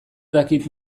dakit